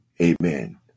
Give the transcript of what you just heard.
Amen